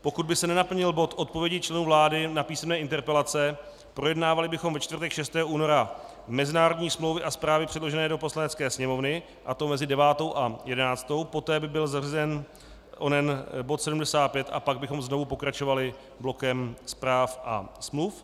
Pokud by se nenaplnil bod Odpovědi členů vlády na písemné interpelace, projednávali bychom ve čtvrtek 6. února mezinárodní smlouvy a zprávy předložené do Poslanecké sněmovny, a to mezi 9. a 11. hodinou, poté by byl zařazen onen bod 75 a pak bychom znovu pokračovali blokem zpráv a smluv.